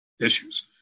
issues